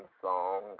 song